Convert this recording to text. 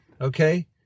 Okay